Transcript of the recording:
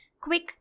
Quick